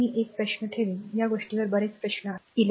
मी एक प्रश्न ठेवेन या गोष्टीवर बरेच प्रश्न आहेत जेव्हा मी ते हलवतो